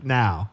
now